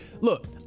look